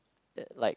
like